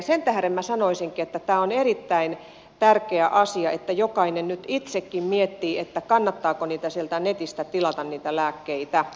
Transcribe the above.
sen tähden minä sanoisinkin että tämä on erittäin tärkeä asia että jokainen nyt itsekin miettii kannattaako sieltä netistä tilata niitä lääkkeitä